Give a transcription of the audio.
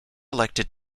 elected